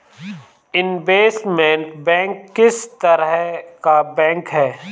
Investment bank किस तरह का बैंक है?